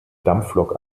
dampflok